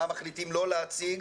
מה מחליטים לא להציג,